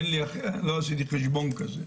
לא עשיתי חשבון כזה.